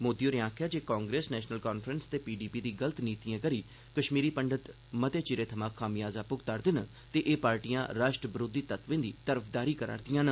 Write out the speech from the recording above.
मोदी होरें आक्खेया जे कांग्रेस नैशनल कांफ्रेंस ते पीडीपी दी गलत नीतिएं करी कश्मीरी पंडित मते चिरें थमां खमियाजा भुगता करदे न ते एह पार्टिएं राष्ट्र विरोधी तत्वें दी तरफदारी करा' रदिआ न